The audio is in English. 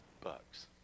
bucks